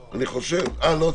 אה, לא.